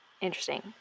Interesting